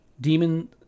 Demon